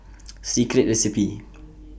Secret Recipe